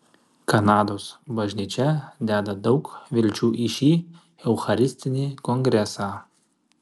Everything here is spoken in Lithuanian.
kanados bažnyčia deda daug vilčių į šį eucharistinį kongresą